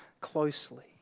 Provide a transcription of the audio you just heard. closely